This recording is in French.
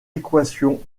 équations